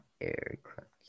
aircraft